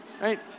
right